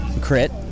crit